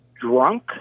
drunk